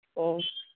ꯑꯣ